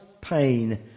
pain